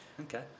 Okay